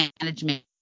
management